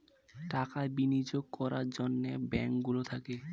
টাকা বিনিয়োগ করার জন্যে ব্যাঙ্ক গুলো থাকে